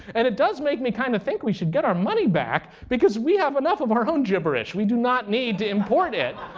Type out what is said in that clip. and it does make me kind of think we should get our money back because we have enough of our own gibberish. we do not need to import it.